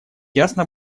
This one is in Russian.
ясно